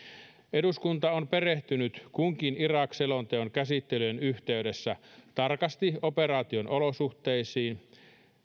eduskunta on perehtynyt kunkin irak selonteon käsittelyn yhteydessä tarkasti operaation olosuhteisiin